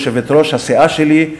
יושבת-ראש הסיעה שלי,